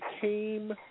came